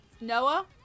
Noah